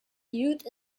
youth